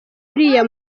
uriya